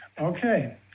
Okay